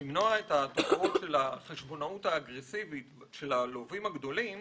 למנוע את התופעות של החשבונאות האגרסיבית של הלווים הגדולים